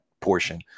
portion